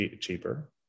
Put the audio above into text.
cheaper